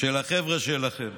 של החבר'ה שלכם.